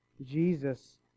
Jesus